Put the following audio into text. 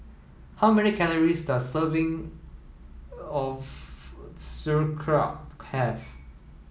how many calories does serving of Sauerkraut have